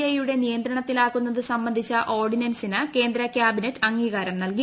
I യുടെ നിയന്ത്രണത്തിലാക്കുന്നത് സംബന്ധിച്ച ഓർഡിനൻസിന് കേന്ദ്ര ക്യാബിനറ്റ് അംഗീകാരം നൽകി